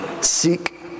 Seek